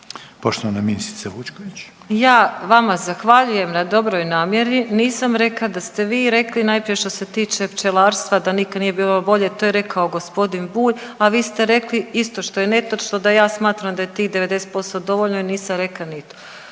Marija (HDZ)** Ja vama zahvaljujem na dobroj namjeri, nisam rekla da ste vi rekli, najprije što se tiče pčelarstva, da nikad nije bilo bolje, to je rekao g. Bulj, a vi ste rekli isto što je netočno, da ja smatram da je tih 90% dovoljno jer nisam rekla ni to.